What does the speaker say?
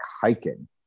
hiking